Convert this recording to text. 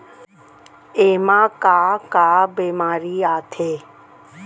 एमा का का बेमारी आथे?